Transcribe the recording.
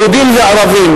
יהודים וערבים,